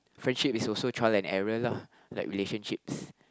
friendship is also trial and error lah like relationships